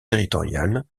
territoriale